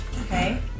Okay